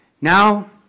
Now